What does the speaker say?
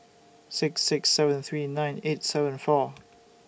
six six seven three nine eight seven four